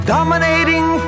Dominating